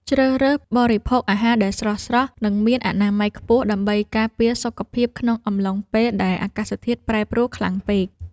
ជ្រើសរើសបរិភោគអាហារដែលស្រស់ៗនិងមានអនាម័យខ្ពស់ដើម្បីការពារសុខភាពក្នុងអំឡុងពេលដែលអាកាសធាតុប្រែប្រួលខ្លាំងពេក។